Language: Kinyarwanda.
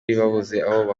inguzanyo